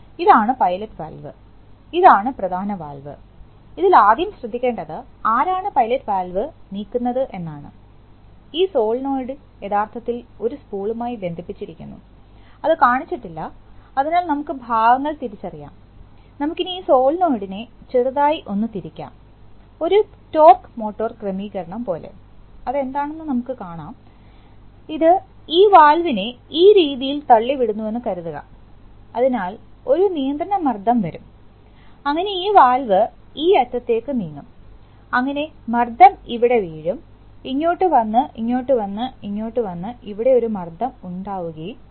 ഇതാണ് pilot valve ഇതാണ് പ്രധാന വാൽവ് ഇതിൽ ആദ്യം ശ്രദ്ധിക്കേണ്ടത് ആരാണ് പൈലറ്റ് വാൽവ് നീക്കുന്നത് എന്നതാണ് ഈ സോളിനോയിഡ് യഥാർത്ഥത്തിൽ ഒരു സ്പൂളുമായി ബന്ധിപ്പിച്ചിരിക്കുന്നു അത് കാണിച്ചിട്ടില്ല അതിനാൽ നമുക്ക് ഭാഗങ്ങൾ തിരിച്ചറിയാം നമുക്ക്നിനി ഈ സോളിനോയ്ഡ് നേ ചെറുതായിട്ട് ഒന്ന് തിരിക്കാം ഒരു ടോർക്ക് മോട്ടോർ ക്രമീകരണം പോലെ അത് എന്താണെന്ന് നമുക്ക് കാണാം ഇത് ഈ വാൽവിനെ ഈ രീതിയിൽ തള്ളിവിടുന്നുവെന്ന് കരുതുക അതിനാൽ ഒരു നിയന്ത്രണ മർദ്ദം വരുംഅങ്ങനെ ഈ വാൽവ് ഈ അറ്റത്തേക്ക് നീങ്ങുംഅങ്ങനെ മർദ്ദം ഇവിടെ വീഴും ഇങ്ങോട്ട് വന്ന് ഇങ്ങോട്ട് വന്ന് ഇങ്ങോട്ട് വന്നു ഇവിടെ ഒരു മർദ്ദം ഉണ്ടാക്കുകയും ചെയ്യും